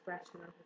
expression